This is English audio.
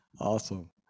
awesome